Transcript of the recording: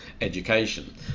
education